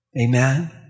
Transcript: Amen